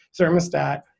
thermostat